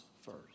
first